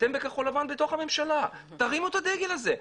אתם בכחול לבן בתוך הממשלה, תרימו את הדגל הזה.